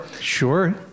Sure